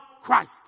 Christ